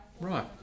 Right